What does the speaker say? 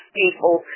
people